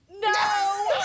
No